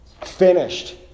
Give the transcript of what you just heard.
Finished